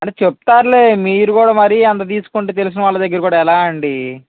అంటే చెప్తార్లే మీరు కూడ మరీ అంత తీస్కుంటే తెలిసిన వాళ్ళ దగ్గర కూడా ఎలా అండి